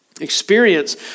Experience